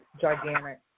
gigantic